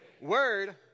word